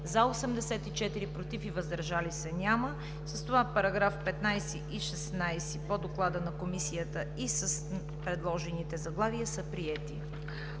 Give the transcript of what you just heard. за 84, против и въздържали се няма. С това параграфи 15 и 16 по Доклада на Комисията и с предложените заглавия са приети.